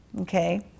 Okay